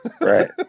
Right